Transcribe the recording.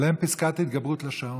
אבל אין פסקת התגברות על השעון.